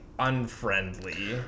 unfriendly